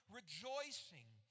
rejoicing